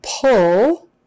Pull